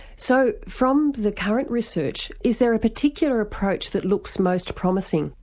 so from the current research, is there a particular approach that looks most promising?